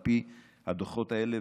על פי הדוחות האלה